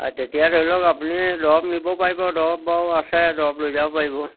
তেতিয়া ধৰি লওক আপুনি দৰব নিব পাৰিব দৰব বাৰু আছে দৰব লৈ যাব পাৰিব